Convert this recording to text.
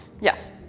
Yes